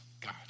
God